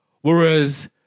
whereas